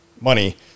money